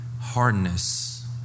hardness